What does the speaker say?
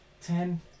Ten